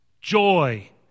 joy